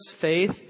faith